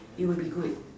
it will be good